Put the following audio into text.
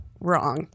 wrong